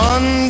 One